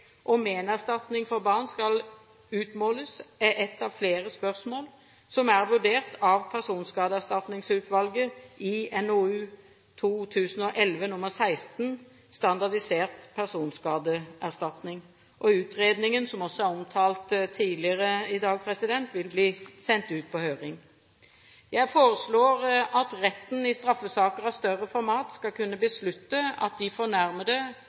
og ménerstatning for barn skal utmåles, er et av flere spørsmål som er vurdert av Personskadeerstatningsutvalget i NOU 2011:16 Standardisert personskadeerstatning. Utredningen som også er omtalt tidligere i dag, vil bli sendt ut på høring. Jeg foreslår at retten i straffesaker av større format skal kunne beslutte at de